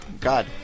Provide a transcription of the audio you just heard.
god